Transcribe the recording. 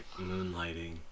Moonlighting